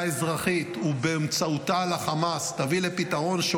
האזרחית ובאמצעותה על החמאס תביא לפתרון,